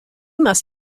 must